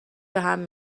بهم